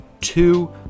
two